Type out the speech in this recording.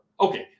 Okay